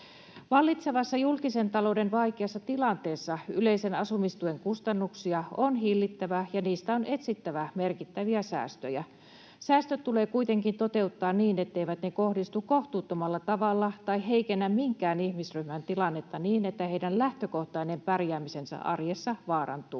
Vallitsevassa julkisen talouden vaikeassa tilanteessa yleisen asumistuen kustannuksia on hillittävä ja niistä on etsittävä merkittäviä säästöjä. Säästöt tulee kuitenkin toteuttaa niin, etteivät ne kohdistu kohtuuttomalla tavalla tai heikennä minkään ihmisryhmän tilannetta niin, että sen lähtökohtainen pärjääminen arjessa vaarantuu.